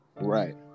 Right